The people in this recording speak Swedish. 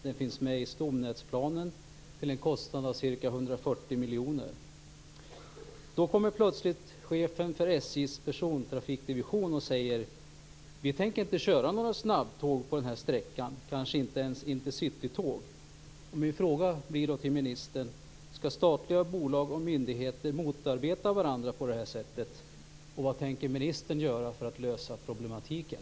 Den finns med i stomnätsplanen till en kostnad av ca Dock kommer plötsligt chefen för SJ:s persontrafikdivision och säger: Vi tänker inte köra några snabbtåg på den här sträckan, kanske inte ens intercitytåg. Min fråga till ministern blir då: Skall statliga bolag och myndigheter motarbeta varandra på det här sättet, och vad tänker ministern göra för att lösa problematiken?